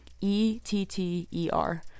E-T-T-E-R